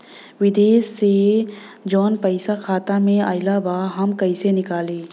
विदेश से जवन पैसा खाता में आईल बा हम कईसे निकाली?